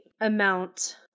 amount